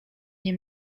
nie